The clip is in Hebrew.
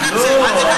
לא,